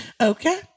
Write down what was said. okay